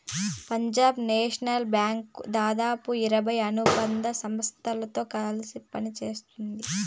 Punjab national bank దాదాపు ఇరవై అనుబంధ సంస్థలతో కలిసి పనిత్తోంది